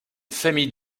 famille